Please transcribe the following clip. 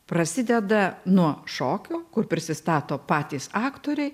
prasideda nuo šokių kur prisistato patys aktoriai